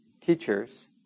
teachers